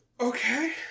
okay